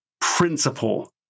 principle